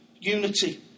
unity